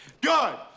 Good